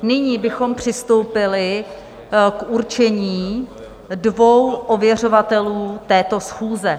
Nyní bychom přistoupili k určení dvou ověřovatelů této schůze.